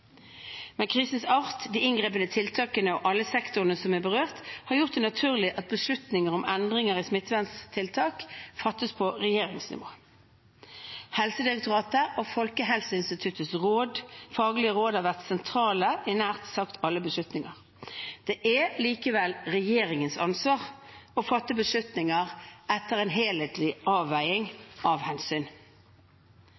Krisens art, de inngripende tiltakene og at alle sektorer er berørt, har gjort det naturlig at beslutninger om endringer i smitteverntiltak fattes på regjeringsnivå. Helsedirektoratets og Folkehelseinstituttets faglige råd har vært sentrale i nær sagt alle beslutninger. Det er likevel regjeringens ansvar å fatte beslutninger etter en helhetlig